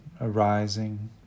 arising